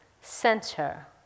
center